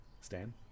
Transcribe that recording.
Stan